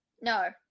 No